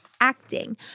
acting